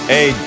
Hey